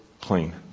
clean